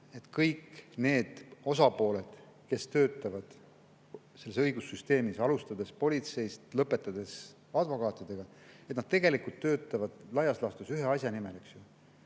kõik osapooled, kes töötavad õigussüsteemis, alustades politseist ja lõpetades advokaatidega, tegelikult töötavad laias laastus ühe asja nimel.